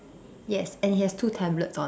yes and it has two tablets on it